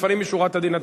לפנים משורת הדין,